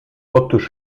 otóż